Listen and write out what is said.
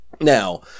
Now